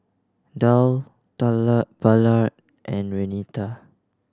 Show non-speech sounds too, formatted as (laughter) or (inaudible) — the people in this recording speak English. Tal (unintelligible) Ballard and Renita